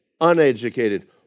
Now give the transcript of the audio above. uneducated